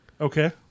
okay